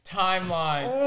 timeline